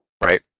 Right